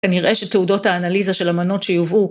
כנראה שתעודות האנליזה של המנות שיובאו...